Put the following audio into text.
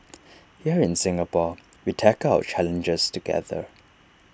here in Singapore we tackle our challenges together